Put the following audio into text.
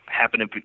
happening